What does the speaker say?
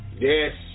Yes